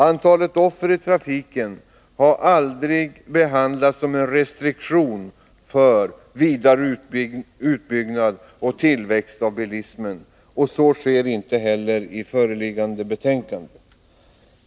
Antalet offer i trafiken har aldrig behandlats som en restriktion för vidare utbyggnad och tillväxt av bilismen. Så sker inte heller i förevarande betänkande.